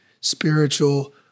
spiritual